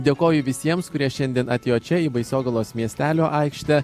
dėkoju visiems kurie šiandien atėjo čia į baisogalos miestelio aikštę